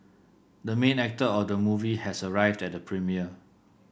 the main actor of the movie has arrived at the premiere